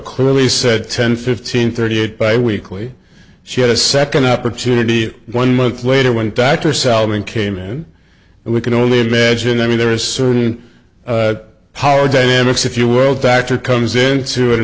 clearly said ten fifteen thirty eight by weekly she had a second opportunity one month later when dr salving came in and we can only imagine i mean there are certain power dynamics if you world factor comes into it a